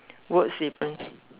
words difference